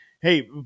hey